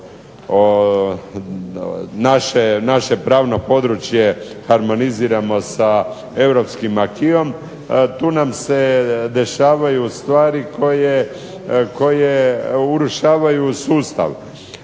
naše pravno područje harmoniziramo sa europskih acqusom tu nam se dešavaju stvari koje urušavaju sustav.